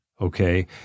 okay